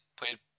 played